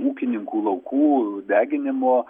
ūkininkų laukų deginimo